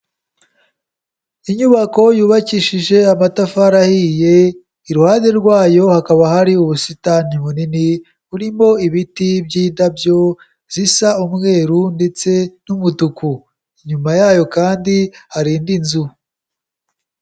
Inyubako yubakishije amatafari ahiye, iruhande rwayo hakaba hari ubusitani bunini, burimo ibiti by'indabyo, zisa umweru ndetse n'umutuku. Inyuma yayo kandi hari indi nzu.